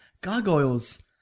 Gargoyles